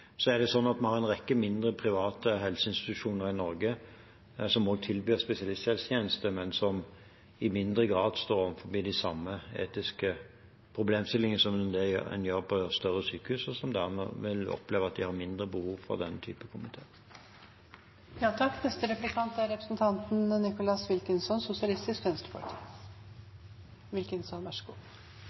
Vi har en rekke mindre private helseinstitusjoner i Norge som også tilbyr spesialisthelsetjeneste, men som i mindre grad står overfor de samme etiske problemstillingene man gjør på større sykehus, og som dermed opplever at de har mindre behov for slike komiteer. Vi vet at mange brukere vet best hva som skjer når det er